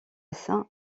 saint